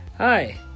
hi